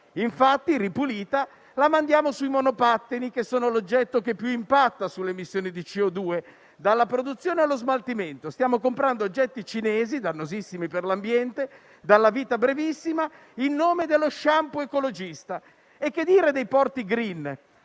Infatti, ripulita, la mandiamo sui monopattini, che sono l'oggetto che più impatta sulle emissioni di CO2; dalla produzione allo smaltimento. Stiamo comprando oggetti cinesi, dannosissimi per l'ambiente, dalla vita brevissima, in nome dello *shampoo* ecologista. Che dire dei porti *green*?